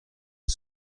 eus